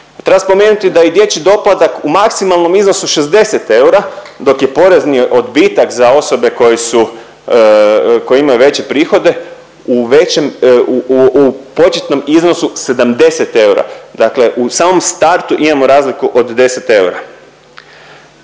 Treba spomenuti da i dječji doplatak u maksimalnom iznosu 60 eura dok je porezni odbitak za osobe koje su, koje imaju veće prihode u većem, u početnom iznosu 70 eura, dakle u samom startu imamo razliku od 10 eura.